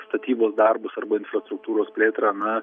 statybos darbus arba infrastruktūros plėtrą na